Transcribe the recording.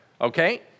Okay